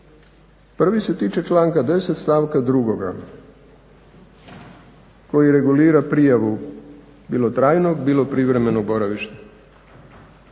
Prvi se tiče članka 10. stavka 2. koji regulira prijavu bilo trajnog bilo privremenog boravišta.